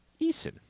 Eason